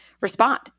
respond